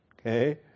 Okay